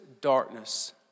darkness